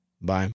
Bye